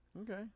Okay